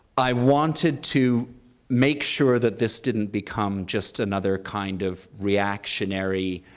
i wanted to make sure that this didn't become just another kind of reactionary,